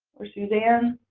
or suzanne